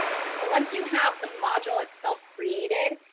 but once you have the module itself created,